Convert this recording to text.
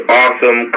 awesome